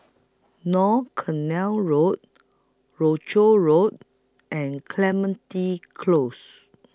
North Canal Road Croucher Road and Clementi Close